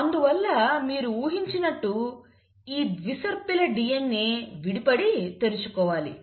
అందువల్ల మీరు ఊహించినట్టు ఈ ద్విసర్పిల DNA విడిపడి తెరుచుకోవాలి